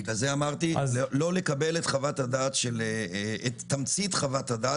לכן אמרתי לא לקבל את תמצית חוות הדעת,